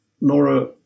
Nora